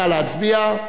נא להצביע.